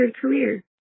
career